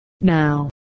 Now